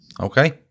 Okay